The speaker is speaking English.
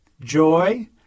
joy